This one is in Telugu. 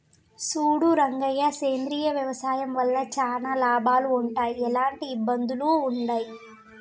సూడు రంగయ్య సేంద్రియ వ్యవసాయం వల్ల చానా లాభాలు వుంటయ్, ఎలాంటి ఇబ్బందులూ వుండయి